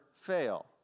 fail